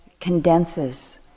condenses